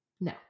No